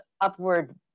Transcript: upward